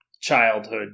childhood